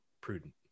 prudent